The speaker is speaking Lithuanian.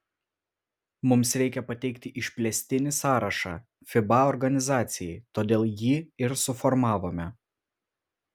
mums reikia pateikti išplėstinį sąrašą fiba organizacijai todėl jį ir suformavome